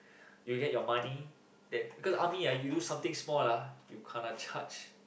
you get your money then cause army ah you do something small lah you kena charged